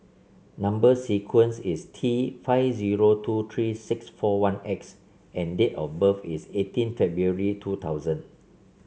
number sequence is T five zero two three six four one X and date of birth is eighteen February two thousand